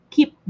Keep